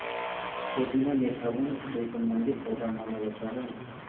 पुदीना मेंथा वंश से संबंधित पौधा माना जाता है